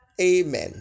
Amen